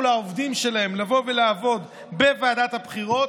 לעובדים שלהם לבוא ולעבוד בוועדת הבחירות,